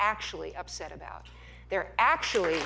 actually upset about they're actually